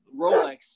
Rolex